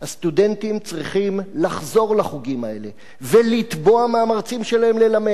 הסטודנטים צריכים לחזור לחוגים האלה ולתבוע מהמרצים שלהם ללמד את